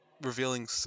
revealing